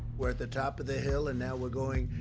we're at the top of the hill, and now we're doing